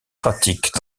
pratiquent